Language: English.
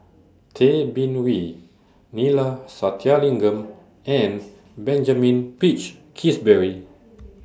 Tay Bin Wee Neila Sathyalingam and Benjamin Peach Keasberry